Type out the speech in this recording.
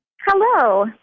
Hello